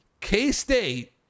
K-State